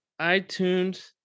iTunes